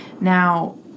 Now